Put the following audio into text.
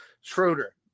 Schroeder